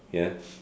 ya